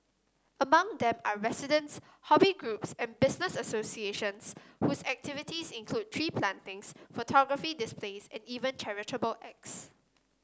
among them are residents hobby groups and business associations whose activities include tree plantings photography displays and even charitable acts